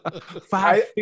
five